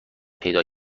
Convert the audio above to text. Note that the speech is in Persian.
پیدا